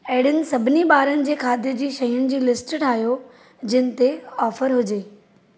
अहिड़ियुनि सभिनी बा॒रनि जे खाधे जी शयुनि जी लिस्टु ठाहियो जिन ते ऑफ़र हुजे